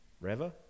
Reva